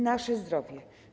Nasze zdrowie.